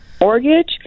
mortgage